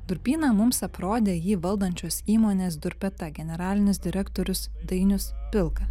durpyną mums aprodė jį valdančios įmonės durpeta generalinis direktorius dainius pilka